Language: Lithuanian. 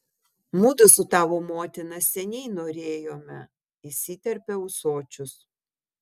mudu su tavo motina seniai norėjome įsiterpia ūsočius